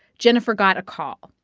jennifer got a call.